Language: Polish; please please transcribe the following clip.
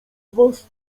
was